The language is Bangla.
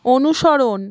অনুসরণ